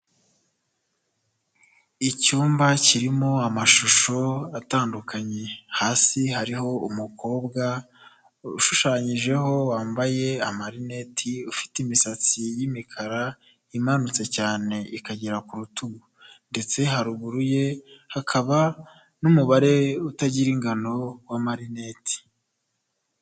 Icyumba kirimo amashusho atandukanye, hasi hariho umukobwa ushushanyijeho wambaye amarineti, ufite imisatsi y'imikara imanutse cyane ikagera ku rutugu ndetse haruguru ye hakaba n'umubare utagira ingano w'amarineti.